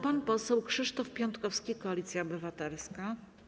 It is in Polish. Pan poseł Krzysztof Piątkowski, Koalicja Obywatelska.